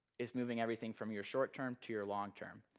is moving everything from your short-term to your long-term.